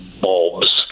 bulbs